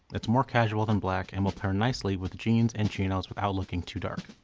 it's more casual than black and will pair nicely with jeans and chinos, without looking too dark.